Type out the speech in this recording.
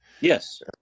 Yes